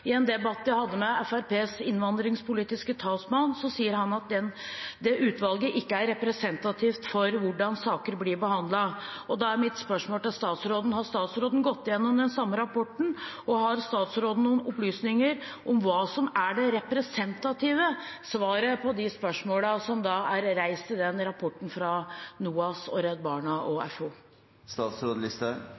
I en debatt jeg hadde med Fremskrittspartiets innvandringspolitiske talsmann, sa han at det utvalget ikke er representativt for hvordan saker blir behandlet. Da er mitt spørsmål til statsråden: Har statsråden gått gjennom den samme rapporten? Og har statsråden noen opplysninger om hva som er det representative svaret på de spørsmålene som er reist i rapporten fra NOAS, Redd Barna og